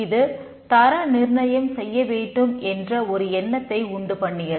இது தரநிர்ணயம் செய்யப்பட வேண்டும் என்ற ஒரு எண்ணத்தை உண்டு பண்ணியது